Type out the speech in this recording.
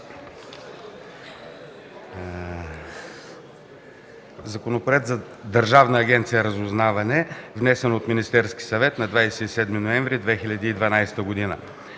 Законопроекта за Държавна агенция „Разузнаване”, внесен от Министерския съвет на 27 ноември 2012 г.